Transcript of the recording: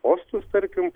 postus tarkim